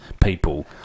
people